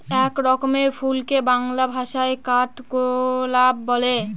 এক রকমের ফুলকে বাংলা ভাষায় কাঠগোলাপ বলে